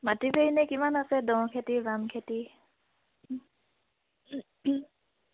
মাটি বাৰি এনে কিমান আছে দ খেতি বাম খেতি